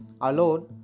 alone